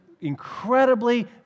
incredibly